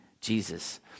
Jesus